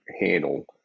handle